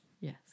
Yes